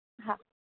हा